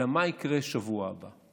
אלא מה יקרה בשבוע הבא?